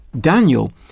Daniel